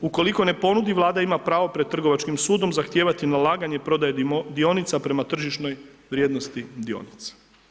Ukoliko ne ponudi, Vlada ima pravo pred trgovačkim sudom zahtijevati nalaganje prodaje dionica prema tržišnoj vrijednosti dionica.